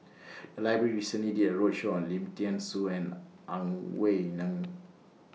The Library recently did A roadshow on Lim Thean Soo and Ang Wei Neng